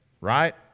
Right